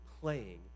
playing